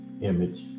image